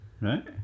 Right